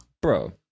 bro